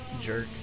jerk